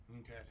Okay